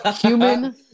Human